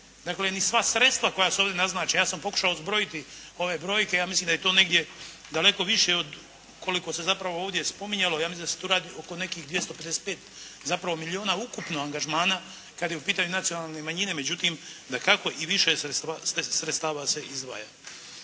Dakle, ni sva sredstva koja su ovdje naznačena ja sam pokušao zbrojiti ove brojke. Ja mislim da je to negdje daleko više i od koliko se zapravo ovdje spominjalo. Ja mislim da se tu radi oko nekih 255 zapravo milijuna ukupnog angažmana kad su u pitanju nacionalne manjine. Međutim, dakako i više sredstava se izdvaja.